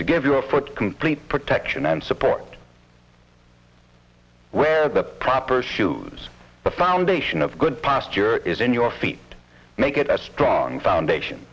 to give your foot complete protection and support wear the proper shoes the foundation of good posture is in your feet make it a strong foundation